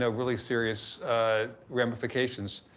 ah really serious ramifications.